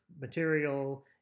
material